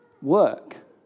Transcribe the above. Work